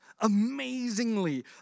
amazingly